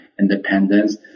independence